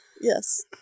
Yes